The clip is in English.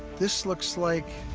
this looks like